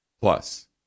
Plus